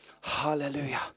Hallelujah